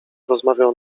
rozmawiał